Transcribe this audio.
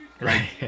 Right